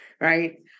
right